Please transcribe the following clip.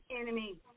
enemy